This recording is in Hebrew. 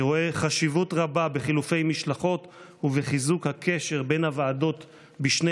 אני רואה חשיבות רבה בחילופי משלחות ובחיזוק הקשר בין הוועדות בשני